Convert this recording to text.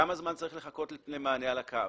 כמה זמן צריך לחכות למענה על הקו